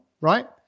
right